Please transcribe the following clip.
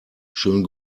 schönen